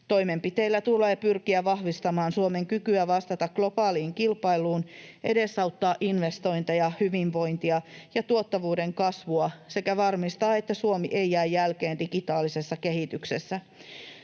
Toimenpiteillä tulee pyrkiä vahvistamaan Suomen kykyä vastata globaaliin kilpailuun, edesauttaa investointeja, hyvinvointia ja tuottavuuden kasvua sekä varmistaa, että Suomi ei jää jälkeen digitaalisessa kehityksessä.